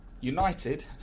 United